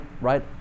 right